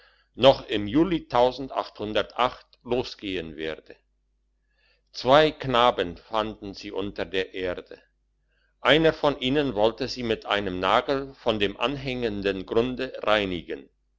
noch im juli losgehen werde zwei knaben fanden sie unter der erde einer von ihnen wollte sie mit einem nagel von dem anhängenden grunde reinigen